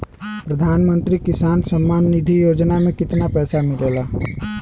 प्रधान मंत्री किसान सम्मान निधि योजना में कितना पैसा मिलेला?